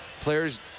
players